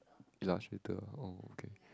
Illustrator oh okay